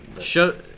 Show